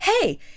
hey